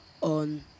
on